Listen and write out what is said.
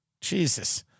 Jesus